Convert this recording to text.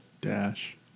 Dash